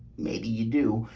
maybe you do,